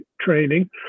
training